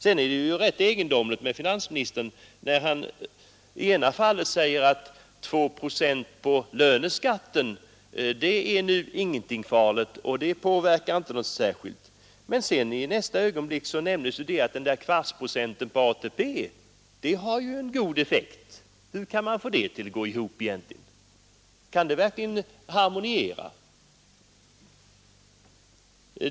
Det är för övrigt egendomligt att finansministern i ena ögonblicket säger att 2 procent i löneskatt inte är så farligt, det påverkar inte företagens ekonomi, men i nästa ögonblick säger att den där kvartsprocenten på ATP-avgifterna får god effekt. Hur kan man få det att gå ihop? Kan det verkligen harmoniera?